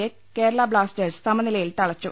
യെ കേരള ബ്ലാസ്റ്റേഴ്സ് സമനിലയിൽ തളച്ചു